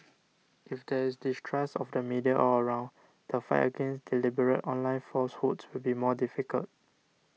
if there is distrust of the media all around the fight against deliberate online falsehoods will be more difficult